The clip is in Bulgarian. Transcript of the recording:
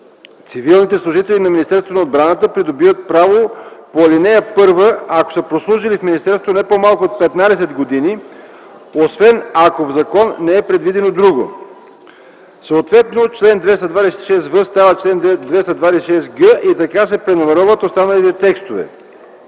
Цивилните служители на Министерство на отбраната придобиват право по ал. 1, ако са прослужили в министерството не по-малко от 15 години, освен ако в закон не е предвидено друго.” Съответно чл. 226в става чл. 226г и така останалите текстове